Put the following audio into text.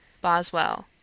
Boswell